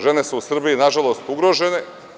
Žene su u Srbiji, nažalost, ugrožene.